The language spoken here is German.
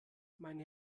meine